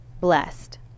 blessed